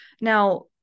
Now